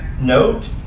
note